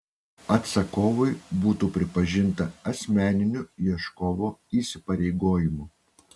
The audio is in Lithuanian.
atsakovui būtų pripažinta asmeniniu ieškovo įsipareigojimu